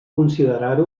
considerar